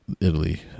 Italy